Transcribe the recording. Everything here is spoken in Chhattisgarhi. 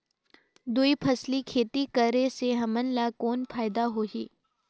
दुई फसली खेती करे से हमन ला कौन फायदा होही?